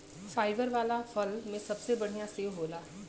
fibre वाला फल में सबसे बढ़िया सेव होला